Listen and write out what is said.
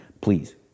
Please